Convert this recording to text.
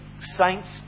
saints